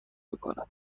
میکند